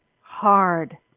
hard